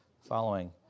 following